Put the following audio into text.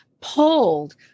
pulled